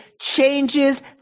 changes